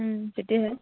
তেতিয়াহে